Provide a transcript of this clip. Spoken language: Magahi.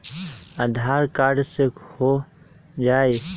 आधार कार्ड से हो जाइ?